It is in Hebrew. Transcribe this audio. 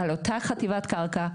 על אותה חטיבת קרקע,